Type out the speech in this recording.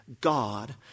God